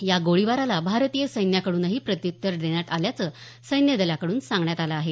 या गोळीबाराला भारतीय सैन्याकडूनही प्रत्युत्तर देण्यात आल्याचं सैन्यदलाकडून सांगण्यात आलं आहे